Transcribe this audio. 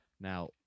Now